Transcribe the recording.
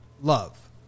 love